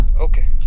Okay